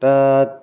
दा